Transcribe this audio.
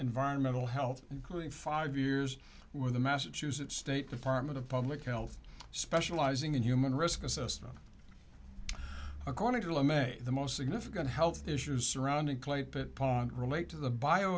environmental health including five years with the massachusetts state department of public health specializing in human risk assessment according to a may the most significant health issues surrounding clay pit pond relate to the bio